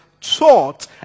taught